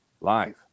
live